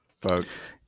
folks